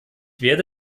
werde